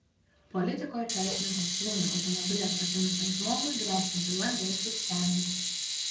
politiko ir teisininko sūnui automobilį atrakinusiam žmogui gresia byla dėl sukčiavimo